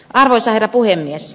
arvoisa herra puhemies